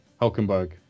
Hulkenberg